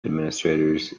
administrators